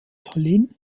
tallinn